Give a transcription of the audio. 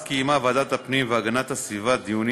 אז קיימה ועדת הפנים והגנת הסביבה דיונים